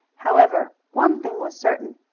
however, one thing was certain.